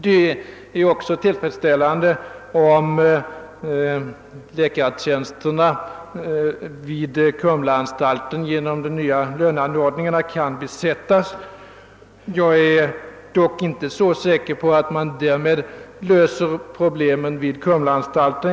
Det är också tillfredsställande om läkartjänsterna vid Kumlaanstalten kan besättas tack vare de nya lönerna. Men jag är inte alldeles säker på att man därmed löser problemen vid Kumlaanstalten.